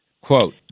Quote